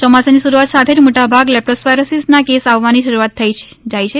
ચોમાસાની શરૂઆત સાથે જ મોટાભાગે લેપ્ટોસ્પાઇરોસિસ ના કેસ આવવાની શરૂઆત થઈ જાય છે